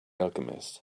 alchemist